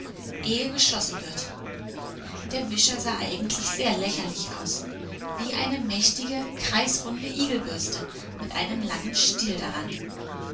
ehe geschossen wird der wischer sah eigentlich sehr lächerlich aus wie eine mächtige kreisrunde igelbürste mit einem langen stiel daran